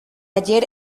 ayer